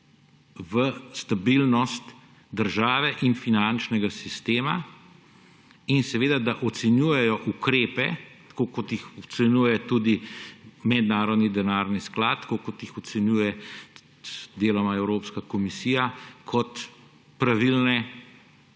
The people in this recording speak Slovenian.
v stabilnost države in finančnega sistema in da ocenjujejo ukrepe – tako kot jih ocenjuje tudi Mednarodni denarni sklad, tako kot jih ocenjuje deloma Evropska komisija – kot pravilne ukrepe, ki